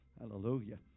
Hallelujah